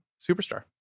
Superstar